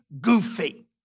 goofy